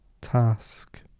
task